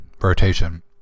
rotation